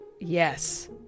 Yes